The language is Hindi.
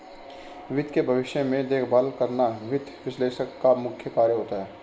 वित्त के भविष्य में देखभाल करना वित्त विश्लेषक का मुख्य कार्य होता है